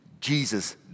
Jesus